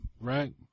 right